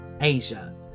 Asia